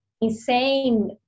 insane